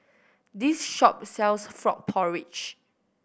this shop sells frog porridge